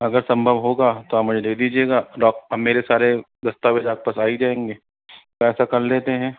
अगर संभव होगा तो आप मुझे दे दीजिएगा और मेरे सारे दस्तावेज़ आपके पास आ ही जाएंगे ऐसा कर लेते हैं